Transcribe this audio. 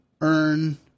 earn